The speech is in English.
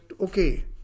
okay